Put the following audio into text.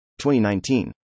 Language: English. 2019